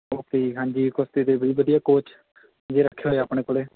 okay ਜੀ ਹਾਂਜੀ ਕੁਸ਼ਤੀ ਦੇ ਵੀ ਬਹੁਤ ਵਧੀਆ ਕੋਚ ਜੀ ਰੱਖੇ ਹੋਏ ਆ ਆਪਣੇ ਕੋਲ